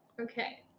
Okay